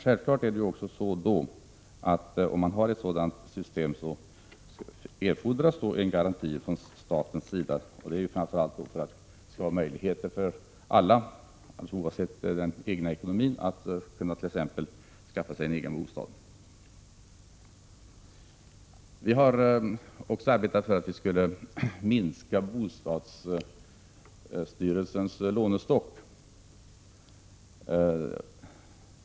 Självfallet erfordras då också en garanti från statens sida för att alla, oavsett den egna ekonomin, skall kunna skaffa sig en egen bostad. Vi har också arbetat för att minska bostadsstyrelsens lånestock.